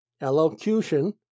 elocution